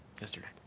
yesterday